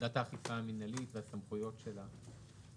אני מציע שתאמרי שני משפטים לגבי ועדת האכיפה המינהלית והסמכויות שלה.